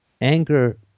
anger